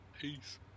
Peace